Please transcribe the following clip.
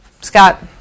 Scott